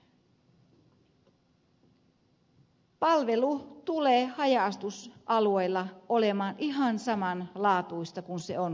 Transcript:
rantakangas palvelu tulee haja asutusalueilla olemaan ihan samanlaatuista kuin se on kaupungeissakin